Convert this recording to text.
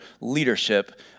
leadership